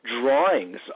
drawings